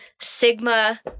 Sigma